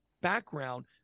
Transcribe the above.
background